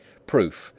proof,